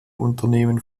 unternehmen